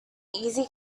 easy